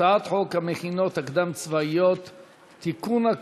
הצעת חוק המכינות הקדם-צבאיות (תיקון,